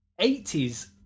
80s